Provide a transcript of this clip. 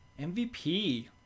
mvp